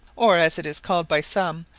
or as it is called by some,